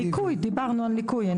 ניכוי, דיברנו על ניכוי.